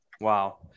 Wow